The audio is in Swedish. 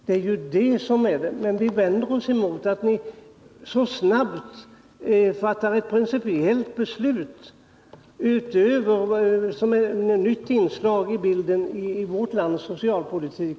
Det vi vänder oss emot är att ni så snabbt fattar ett principiellt beslut som är ett nytt inslag i bilden i vårt lands socialpolitik.